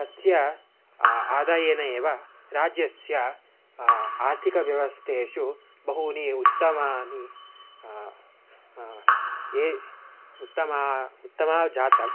तस्य आधारेण एव राज्यस्य आर्थिकव्यवस्थासु बहूनि उत्तमानि ए उत्तमानि उत्तमं जातं